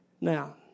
Now